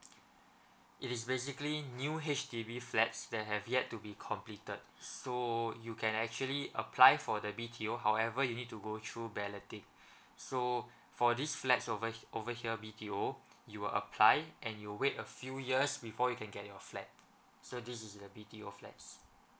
it is basically new H_D_B flats that have yet to be completed so you can actually apply for the B_T_O however you need to go through balloting so for these flats over over here B_T_O you will apply and you wait a few years before you can get your flat so this is the B_T_O flats